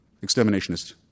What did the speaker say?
exterminationist